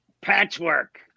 Patchwork